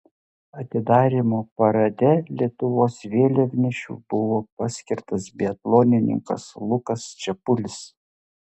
atidarymo parade lietuvos vėliavnešiu buvo paskirtas biatlonininkas lukas čepulis